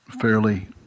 fairly